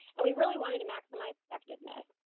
and we really wanted to maximize effectiveness.